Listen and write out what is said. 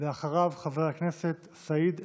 אחריו, חבר הכנסת סעיד אלחרומי.